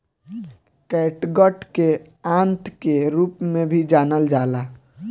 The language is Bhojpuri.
कैटगट के आंत के रूप में भी जानल जाला